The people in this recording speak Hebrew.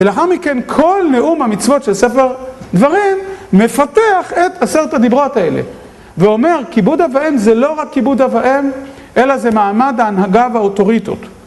ולאחר מכן כל נאום המצוות של ספר דברים מפתח את עשרת הדיברות האלה ואומר כיבוד אבא ואם זה לא רק כיבוד אבא ואם אלא זה מעמד ההנהגה והאוטוריטות